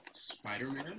spider-man